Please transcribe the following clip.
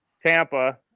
Tampa